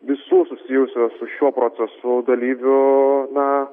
visų susijusių su šiuo procesu dalyvių na